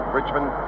richmond